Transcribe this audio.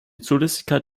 zulässigkeit